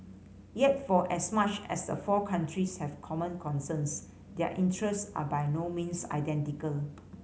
yet for as much as the four countries have common concerns their interest are by no means identical